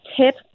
tip